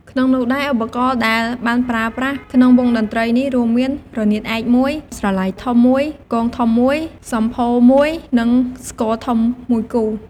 ក្នុងនោះដែរឧបករណ៍រដែលបានប្រើប្រាស់ក្នុងវង់តន្ត្រីនេះរួមមាន រនាតឯក១ ស្រឡៃធំ១ គងធំ១ សម្ភោរ១ និងស្គរធំ១គូ។